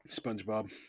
SpongeBob